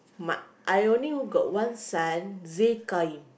but I only got one son